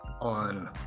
on